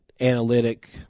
analytic